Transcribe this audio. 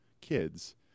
kids